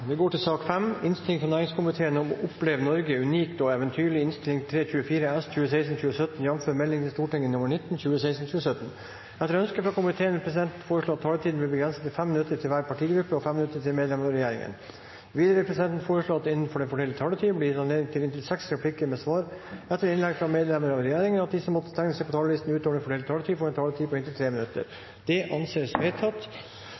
Etter ønske fra næringskomiteen vil presidenten foreslå at taletiden blir begrenset til 5 minutter til hver partigruppe og 5 minutter til medlemmer av regjeringen. Videre vil presidenten foreslå at det – innenfor den fordelte taletid – blir gitt anledning til inntil seks replikker med svar etter innlegg fra medlemmer av regjeringen, og at de som måtte tegne seg på talerlisten utover den fordelte taletid, får en taletid på inntil